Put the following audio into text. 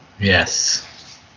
Yes